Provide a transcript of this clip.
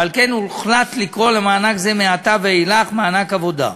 ועל כן הוחלט לקרוא למענק זה מעתה ואילך "מענק עבודה".